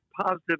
positive